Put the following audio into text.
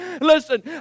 Listen